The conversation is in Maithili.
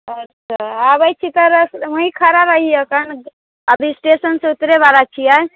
अच्छा आबै छी तऽ र वही खड़ा रहियो कारण अभी स्टेशनसँ उतरैवला छियै